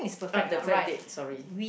uh perfect date sorry